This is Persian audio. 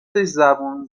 زبون